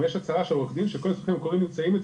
יש הצהרה של עורך דין שכל המסמכים המקוריים נמצאים אצלו,